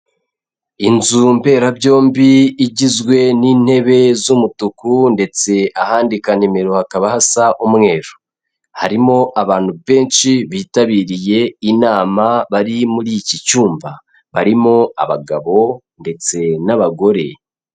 Inzu mberabyombi igizwe n'intebe z'umutuku ndetse ahandika nimero hakaba hasa umweru, harimo abantu benshi bitabiriye inama bari muri iki cyumba, barimo abagabo ndetse n'abagore.